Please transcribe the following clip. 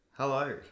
Hello